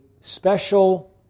special